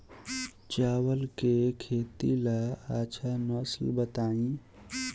चावल के खेती ला अच्छा नस्ल बताई?